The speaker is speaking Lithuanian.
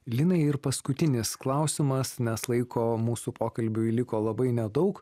linai ir paskutinis klausimas nes laiko mūsų pokalbiui liko labai nedaug